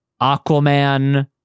Aquaman